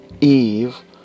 Eve